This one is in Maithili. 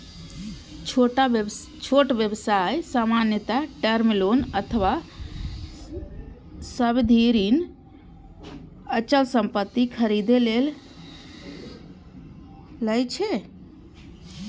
छोट व्यवसाय सामान्यतः टर्म लोन अथवा सावधि ऋण अचल संपत्ति खरीदै लेल लए छै